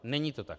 Není to tak.